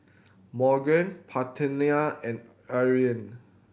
Morgan Parthenia and Irine